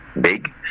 big